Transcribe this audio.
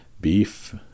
beef